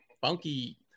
funky